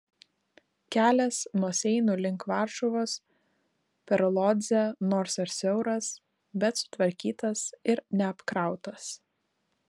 kelias nuo seinų link varšuvos per lodzę nors ir siauras bet sutvarkytas ir neapkrautas